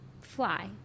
fly